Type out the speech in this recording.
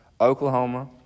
Oklahoma